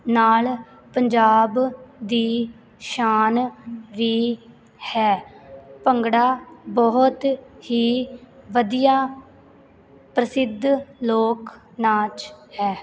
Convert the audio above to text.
ਨਾਲ ਪੰਜਾਬ ਦੀ ਸ਼ਾਨ ਵੀ ਹੈ ਭੰਗੜਾ ਬਹੁਤ ਹੀ ਵਧੀਆ ਪ੍ਰਸਿੱਧ ਲੋਕ ਨਾਚ ਹੈ